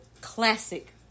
classic